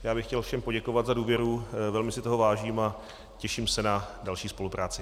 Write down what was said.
Já bych chtěl všem poděkovat za důvěru, velmi si toho vážím a těším se na další spolupráci.